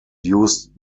used